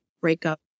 breakup